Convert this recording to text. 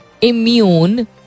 immune